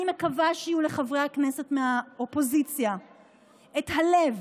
אני מקווה שיהיה לחברי הכנסת מהאופוזיציה את הלב